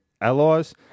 Allies